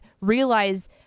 realize